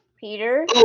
Peter